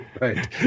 Right